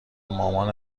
مامان